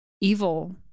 evil